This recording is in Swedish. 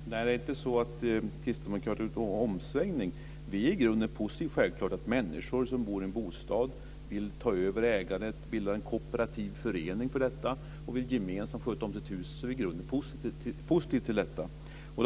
Fru talman! Det är inte så att vi kristdemokrater har gjort en omsvängning. Självklart är vi i grunden positiva till att människor vill ta över ägandet av den bostad som de bor i och vill bilda en kooperativ förening för att gemensamt sköta om sitt hus. Detta hade